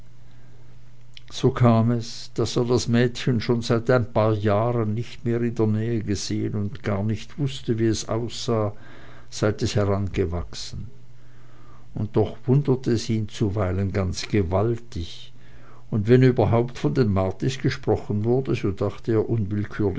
so kam es daß er das mädchen schon seit ein paar jahren nicht mehr in der nähe gesehen und gar nicht wußte wie es aussah seit es herangewachsen und doch wunderte es ihn zuweilen ganz gewaltig und wenn überhaupt von den martis gesprochen wurde so dachte er